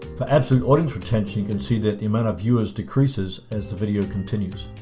the absolute audience retention can see that the amount of viewers decreases as the video continues.